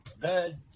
Good